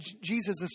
Jesus